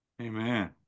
amen